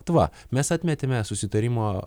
tva mes atmetėme susitarimo